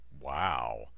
wow